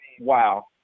wow